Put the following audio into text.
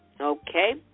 Okay